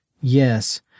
Yes